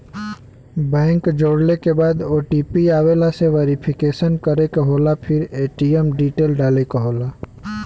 bank जोड़ले के बाद ओ.टी.पी आवेला से वेरिफिकेशन करे क होला फिर ए.टी.एम क डिटेल डाले क होला